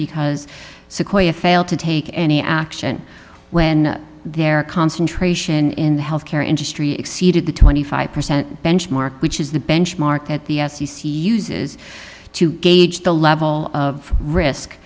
because sequoia failed to take any action when their concentration in the health care industry exceeded the twenty five percent benchmark which is the benchmark at the f c c uses to gauge the level of risk